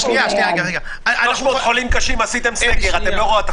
יש בינינו